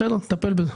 בסדר, נטפל בזה.